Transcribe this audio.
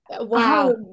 Wow